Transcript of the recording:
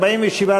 אם כן,